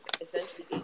essentially